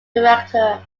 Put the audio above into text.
director